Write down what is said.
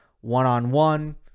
One-on-one